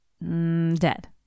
dead